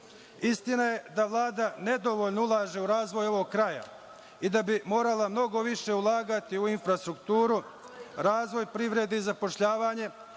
Vlada. Istina je da Vlada nedovoljno ulaže u razvoj ovog kraja i da bi morala mnogo više ulagati u infrastrukturu, razvoj privrede i zapošljavanje,